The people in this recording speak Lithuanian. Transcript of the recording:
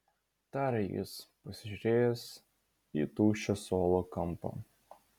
tarė jis pasižiūrėjęs į tuščią suolo kampą